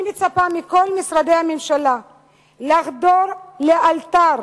אני מצפה מכל משרדי הממשלה לחדול לאלתר